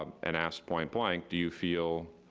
and asked, point blank, do you feel